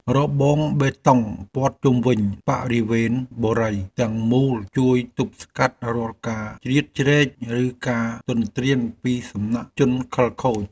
របងបេតុងព័ទ្ធជុំវិញបរិវេណបុរីទាំងមូលជួយទប់ស្កាត់រាល់ការជ្រៀតជ្រែកឬការទន្ទ្រានពីសំណាក់ជនខិលខូច។